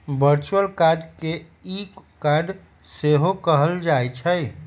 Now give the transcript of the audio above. virtual card के e card सेहो कहल जाइ छइ